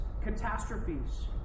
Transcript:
catastrophes